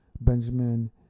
Benjamin